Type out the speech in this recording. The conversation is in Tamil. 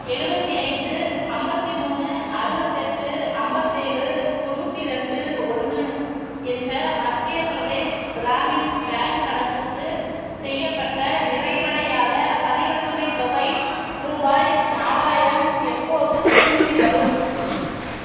எழுபத்தி ஐந்து ஐம்பத்தி மூணு அறுபத்தெட்டு ஐம்பத்தேழு தொண்ணூற்றி ரெண்டு ஒன்று என்ற மத்திய பிரதேஷ் கிராமின் பேங்க் கணக்குக்கு செய்யப்பட்ட நிறைவடையாத பரிவர்த்தனை தொகை ரூபாய் நாலாயிரம் எப்போது திரும்பிவரும்